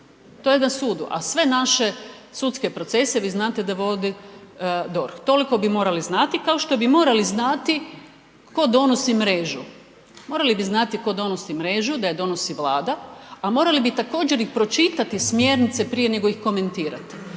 to je na sudu, a sve naše sudske procese vi znate da vodi DORH. Toliko bi morali znati, kao što bi morali i znati tko donosi mrežu. Morali bi znati tko donosi mrežu, da je donosi Vlada, a morali bi također i pročitati smjernice prije nego ih komentirate.